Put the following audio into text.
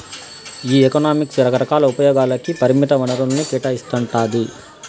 ఈ ఎకనామిక్స్ రకరకాల ఉపయోగాలకి పరిమిత వనరుల్ని కేటాయిస్తాండాది